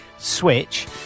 switch